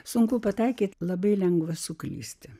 sunku pataikyti labai lengva suklysti